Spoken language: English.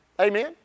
amen